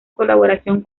colaboración